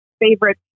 favorite